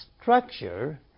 structure